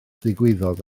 ddigwyddodd